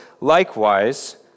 Likewise